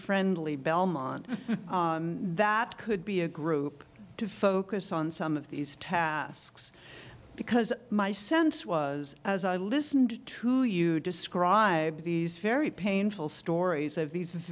friendly belmont that could be a group to focus on some of these tasks because my sense was as i listened to you describe these very painful stories of these